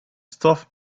stuff